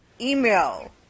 Email